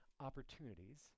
opportunities